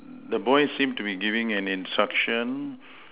the boy seem to be giving an instruction